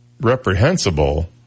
reprehensible